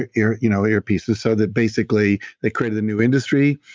ah ear you know ear pieces. so that basically they created a new industry,